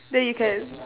then you can